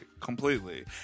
Completely